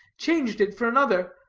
changed it for another,